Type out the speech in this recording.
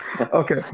Okay